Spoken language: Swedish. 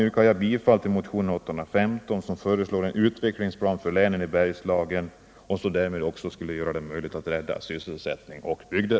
Jag yrkar bifall till motionen 815, som föreslår en utvecklingsplan för länen i Bergslagen som gör det möjligt att rädda sysselsättning och bygder.